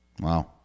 Wow